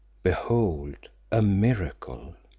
behold a miracle!